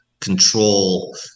control